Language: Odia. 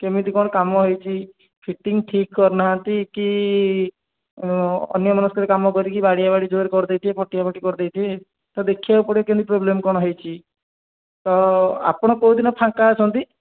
କେମିତି କ'ଣ କାମ ହେଇଛି ଫିଟିଙ୍ଗ୍ ଠିକ୍ କରି ନାହାନ୍ତି କି ଅନ୍ୟ ମନସ୍କରେ କାମ କରି କି ବାଡ଼ିଆ ବାଡ଼ି ଜୋରରେ କରି ଦେଇଥିବେ ଫଟିଆ ଫଟି କରି ଦେଇଥିବେ ତ ଦେଖିବାକୁ ପଡ଼ିବ କେମିତି ପ୍ରୋବ୍ଲେମ୍ ହେଇଛି ତ ଆପଣ କେଉଁଦିନ ଫାଙ୍କା ଅଛନ୍ତି